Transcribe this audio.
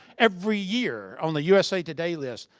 every year on the usa today list,